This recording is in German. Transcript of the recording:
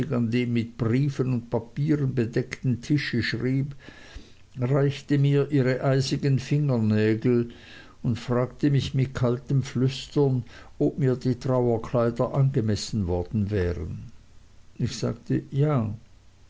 mit briefen und papieren bedeckten tische schrieb reichte mir ihre eisigen fingernägel und fragte mich mit kaltem flüstern ob mir die trauerkleider angemessen worden wären ich sagte ja